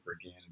again